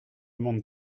monde